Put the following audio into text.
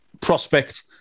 prospect